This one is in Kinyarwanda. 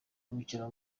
ruhukira